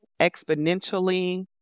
exponentially